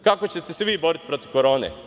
Kako ćete se vi boriti protiv korone?